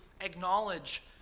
acknowledge